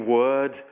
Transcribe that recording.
word